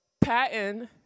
Patton